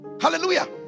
Hallelujah